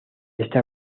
este